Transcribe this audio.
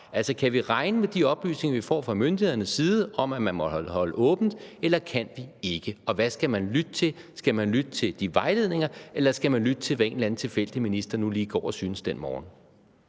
Altså, kan vi regne med de oplysninger, vi får fra myndighedernes side, om, at man må holde åbent, eller kan vi ikke? Og hvad skal man lytte til? Skal man lytte til de vejledninger, eller skal man lytte til, hvad en eller anden tilfældig minister nu lige går og synes den morgen?